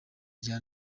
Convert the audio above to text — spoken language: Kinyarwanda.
rya